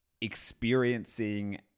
experiencing